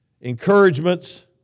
encouragements